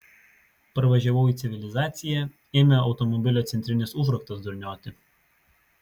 parvažiavau į civilizaciją ėmė automobilio centrinis užraktas durniuoti